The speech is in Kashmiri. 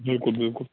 بِلکُل بِلکُل